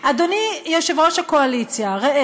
ועכשיו את מחקים את המשטרים האלה בצורה